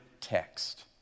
text